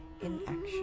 inaction